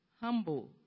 humble